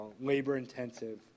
labor-intensive